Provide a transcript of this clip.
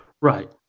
right